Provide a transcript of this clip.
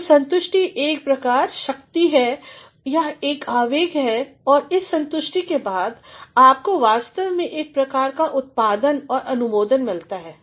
तो संतुष्टि एक प्रेरक शक्ति है यह एक आवेग है और इस संतुष्टि के बाद आपको वास्तव में एक प्रकार का उत्पादन और अनुमोदन मिलताहै